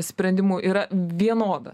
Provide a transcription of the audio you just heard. sprendimų yra vienoda